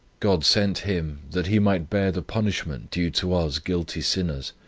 god sent him, that he might bear the punishment, due to us guilty sinners.